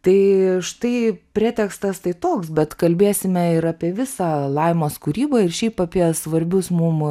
tai štai pretekstas tai toks bet kalbėsime ir apie visą laimos kūrybą ir šiaip apie svarbius mum